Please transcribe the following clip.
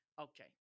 okay